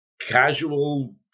casual